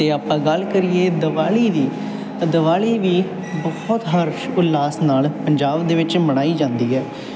ਅਤੇ ਆਪਾਂ ਗੱਲ ਕਰੀਏ ਦੀਵਾਲੀ ਦੀ ਤਾਂ ਦੀਵਾਲੀ ਵੀ ਬਹੁਤ ਹਰਸ਼ ਉਲਾਸ ਨਾਲ ਪੰਜਾਬ ਦੇ ਵਿੱਚ ਮਨਾਈ ਜਾਂਦੀ ਹੈ